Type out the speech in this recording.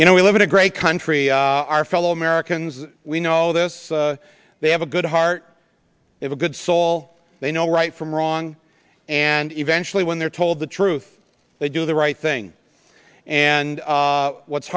you know we live in a great country our fellow americans we know this they have a good heart is a good soul they know right from wrong and eventually when they're told the truth they do the right thing and what's